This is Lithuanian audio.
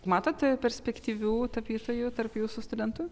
matot perspektyvių tapytojų tarp jūsų studentų